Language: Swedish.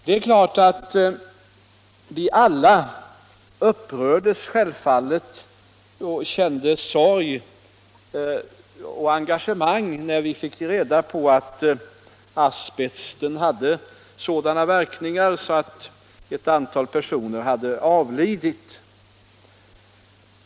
Naturligtvis upprördes vi alla och kände sorg och engagemang när vi fick reda på att asbest hade sådana verkningar att ett antal personer hade avlidit.